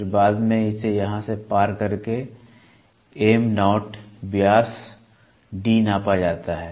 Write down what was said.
फिर बाद में इसे यहाँ से पार करके Mo व्यास D नापा जाता है